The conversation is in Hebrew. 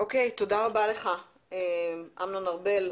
תודה רבה לך אמנון ארבל,